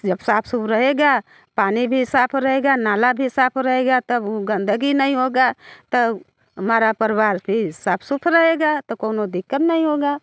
जब साफ़ सूफ़ रहेगा पानी भी साफ़ रहेगा नाला भी साफ़ रहेगा तब वू गंदगी नहीं होगी तो वो हमारा परिवार भी साफ़ सूफ़ रहेगा तो कौनु दिक्कत नहीं होगी